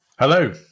Hello